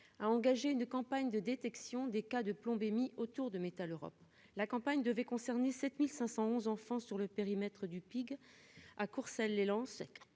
a engagé une campagne de détection des cas de plombémie autour de Metaleurop, la campagne devait concerner 7511 enfants sur le périmètre du pic à Courcelles Les Lens